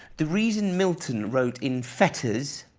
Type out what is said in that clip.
the reason milton wrote in fetters.